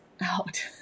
out